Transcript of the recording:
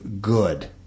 good